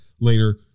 later